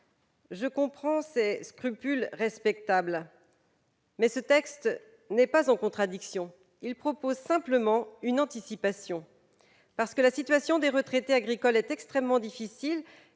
Je comprends ces scrupules respectables, mais ce texte n'est pas en contradiction avec de tels principes. Il prévoit simplement une anticipation. Parce que la situation des retraités agricoles est extrêmement difficile